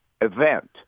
event